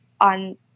on